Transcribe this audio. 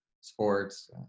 sports